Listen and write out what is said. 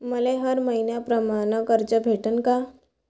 मले हर मईन्याप्रमाणं कर्ज भेटन का?